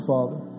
Father